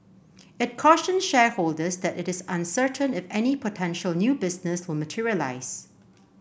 it cautioned shareholders that it is uncertain if any potential new business will materialise